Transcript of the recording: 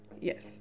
Yes